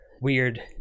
weird